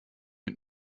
mit